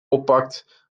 oppakt